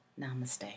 Namaste